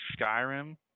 Skyrim